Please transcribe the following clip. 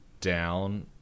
down